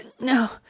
No